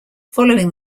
following